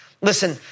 Listen